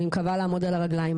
ואני מקווה לעמוד על הרגליים.